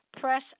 press